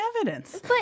evidence